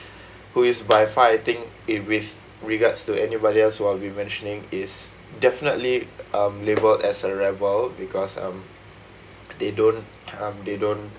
who is by far I think if with regards to anybody else while we mentioning is definitely um labelled as a rebel because they don't um they don't